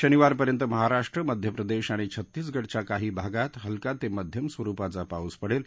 शनिवारपर्यंत महाराष्ट्र मध्यप्रदेश आणि छत्तीसगडच्या काही भागात हलका ते मध्यम स्वरुपाचा पाऊस पडेल